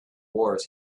wars